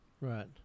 Right